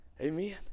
Amen